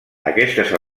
aquestes